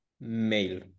mail